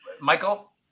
Michael